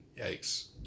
Yikes